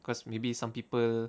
cause maybe some people